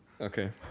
Okay